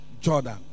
Jordan